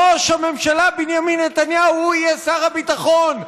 ראש הממשלה בנימין נתניהו, הוא יהיה שר הביטחון.